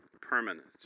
permanent